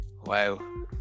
Wow